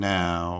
now